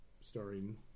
Starring